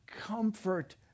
comfort